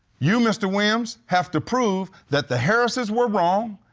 you, mr. williams, have to prove that the harrises were wrong,